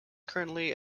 currently